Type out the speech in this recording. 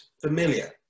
familiar